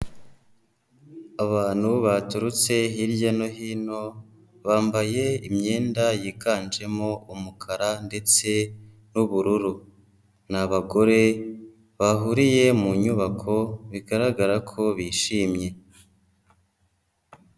Abantu baturutse hirya no hino, bambaye imyenda yiganjemo umukara ndetse n'ubururu ni abagore bahuriye mu nyubako bigaragara ko bishimye.